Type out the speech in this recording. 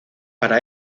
para